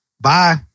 bye